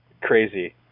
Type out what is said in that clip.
crazy